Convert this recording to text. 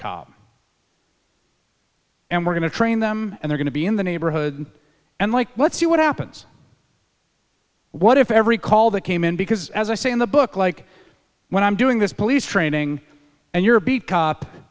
cop and we're going to train them and they're going to be in the neighborhood and like let's see what happens what if every call that came in because as i say in the book like when i'm doing this police training and you're a beat cop